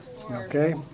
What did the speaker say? Okay